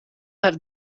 have